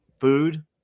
food